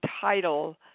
title